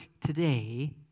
today